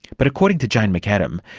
but according to jane mcadam,